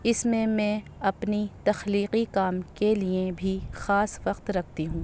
اس میں میں اپنی تخلیقی کام کے لیے بھی خاص وقت رکھتی ہوں